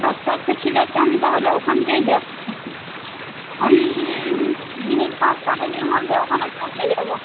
আচ্ছা আচ্ছা ঠিক আছে আমি তাহলে ওখানেই যাচ্ছি আমি মিনিট পাঁচ সাতেকের মধ্যে ওখানে পৌঁছে যাব